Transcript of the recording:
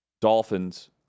Dolphins